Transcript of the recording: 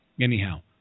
Anyhow